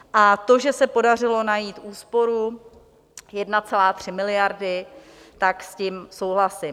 A to, že se podařilo najít úsporu 1,3 miliardy, tak s tím souhlasím.